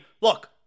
look